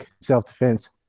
self-defense